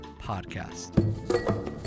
podcast